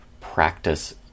Practice